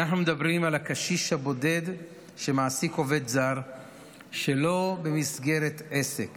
אנחנו מדברים על הקשיש הבודד שמעסיק עובד זר שלא במסגרת עסק